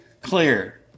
clear